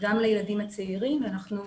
גם לילדים הצעירים, ואנחנו